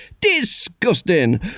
Disgusting